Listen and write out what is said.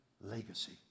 legacy